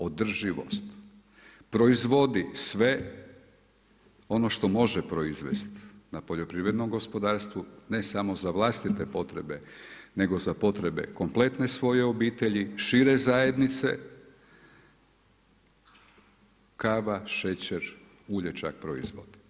Održivost proizvodi sve ono što može proizvesti na poljoprivrednom gospodarstvu ne samo za vlastite potrebe, nego za potrebe kompletne svoje obitelji, šire zajednice kava, šećer, ulje čak proizvodi.